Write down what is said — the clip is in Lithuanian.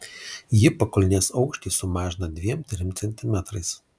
ji pakulnės aukštį sumažina dviem trim centimetrais